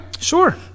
Sure